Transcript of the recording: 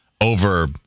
over